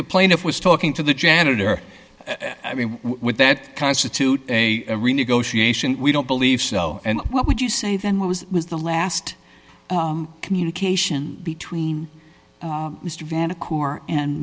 the plaintiff was talking to the janitor i mean what that constitute a renegotiation we don't believe so and what would you say then what was the last communication between mr van